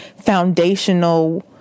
foundational